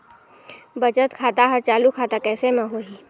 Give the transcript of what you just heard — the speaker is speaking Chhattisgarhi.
बचत खाता हर चालू खाता कैसे म होही?